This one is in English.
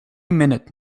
minute